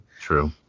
True